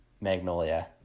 Magnolia